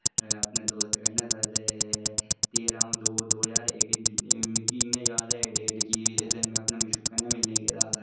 अपने दोस्त कन्नै सर ते तेरां दो दो ज्हार इक मिकी इयां याद ऐ एह् डेट कि इस दिन मैं अपनी मशूकै कन्नै मिलने गेदा सर